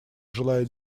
желает